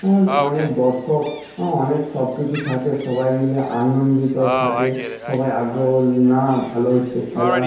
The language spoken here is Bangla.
এখন অনেক দর্শক অনেক সব কিছু থাকে সবাই মিলে আনন্দিত থাকে সবাই আগ্রহ না ভালো হচ্ছে খেলা